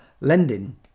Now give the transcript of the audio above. lending